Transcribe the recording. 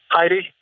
Heidi